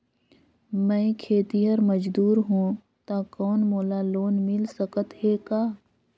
मैं खेतिहर मजदूर हों ता कौन मोला लोन मिल सकत हे का?